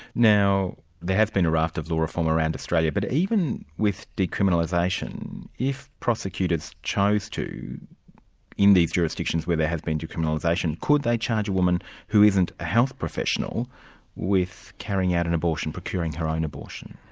now there has been a raft of law reform around australia, but even with decriminalisation, if prosecutors chose to in these jurisdictions where there has been decriminalisation, could they charge a woman who isn't a health professional with carrying out an abortion, procuring her own abortion?